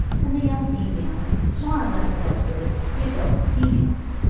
and the young females more or less closely the adult females.